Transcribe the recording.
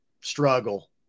struggle